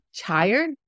tired